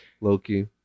Loki